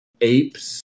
apes